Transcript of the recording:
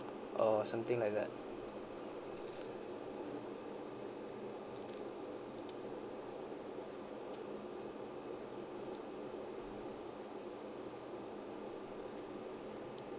uh something like that